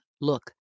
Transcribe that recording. Look